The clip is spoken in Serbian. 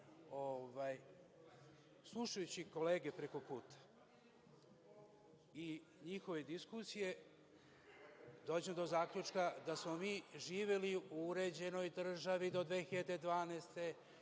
kolege preko puta i njihove diskusije, dođem do zaključka da smo mi živeli u uređenoj državi do 2012.